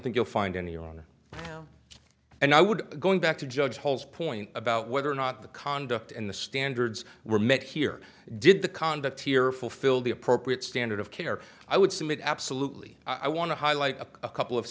think you'll find any on it now and i would going back to judge holes point about whether or not the conduct in the standards were met here did the conduct here fulfill the appropriate standard of care i would submit absolutely i want to highlight a couple of